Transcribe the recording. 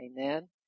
Amen